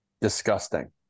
disgusting